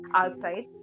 outside